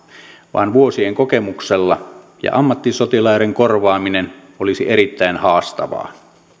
vaan vuosien kokemuksella ja ammattisotilaiden korvaaminen olisi erittäin haastavaa